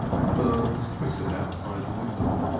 the birds twittered outside the window.